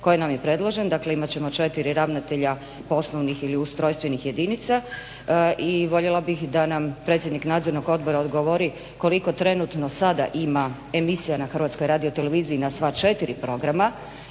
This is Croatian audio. koji nam je predložen, dakle imat ćemo četiri ravnatelja poslovnih ili ustrojstvenih jedinica i voljela bih da nam predsjednik Nadzornog odbora odgovori koliko trenutno sada ima emisija na HRT-u na sva četiri programa